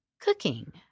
Cooking